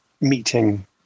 meeting